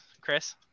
Chris